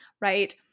right